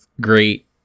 great